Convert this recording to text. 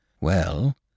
Well